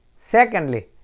Secondly